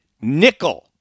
nickel